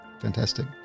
fantastic